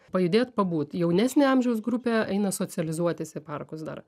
pajudėt pabūt jaunesnio amžiaus grupė eina socializuotis į parkus dar